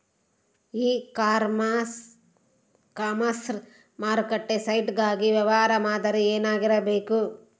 E commerce ಮಾರುಕಟ್ಟೆ site ಗಾಗಿ ವ್ಯವಹಾರ ಮಾದರಿ ಏನಾಗಿರಬೇಕು?